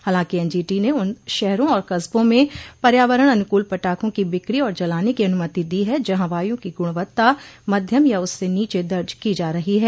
हालांकि एनजीटी ने उन शहरों और कस्बों में पर्यावरण अनुकूल पटाखों की बिक्री और जलाने की अनुमति दी है जहां वायू की गुणवत्ता मध्यम या उससे नीचे दर्ज की जा रही है